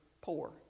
poor